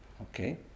Okay